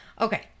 Okay